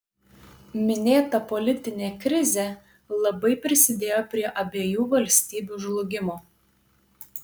minėta politinė krizė labai prisidėjo prie abiejų valstybių žlugimo